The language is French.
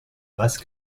basse